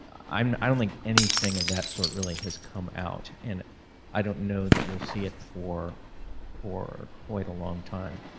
um i don't think anything of that sort really has come out and i don't know that we'll see it for for quite a long time.